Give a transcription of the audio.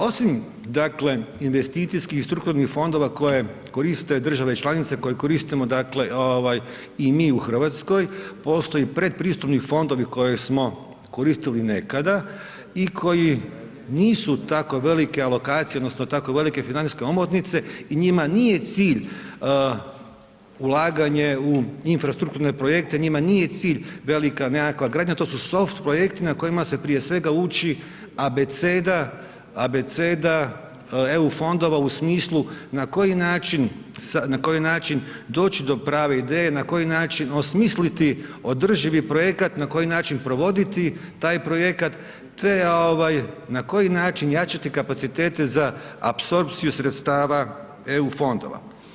Osim dakle investicijskih i strukturnih fondova koje koriste države članice, koje koristimo u Hrvatskoj, postoje predpristupni fondovi koje smo koristili nekada i koji nisu tako velike alokacije odnosno tako velike financijske omotnice i njima nije cilj ulaganje u infrastrukturne projekte, njima nije cilj velika nekakva gradnja, to su soft projekti na kojima se prije svega uči abeceda EU fondova u smislu na koji način doći do prave ideje, na koji način osmisliti održivi projekat, na koji način provoditi taj projekat te na koji način jačati kapacitete za apsorpciju sredstava EU fondova.